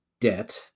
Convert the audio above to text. debt